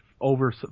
over